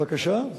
ודאי שלא,